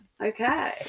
Okay